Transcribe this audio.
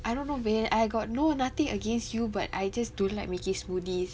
I don't know man I got no nothing against you but I just don't like making smoothies